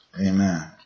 Amen